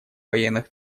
военных